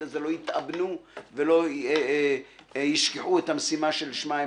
הזה לא יתאבנו ולא ישכחו את המשימה שלשמה,